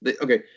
Okay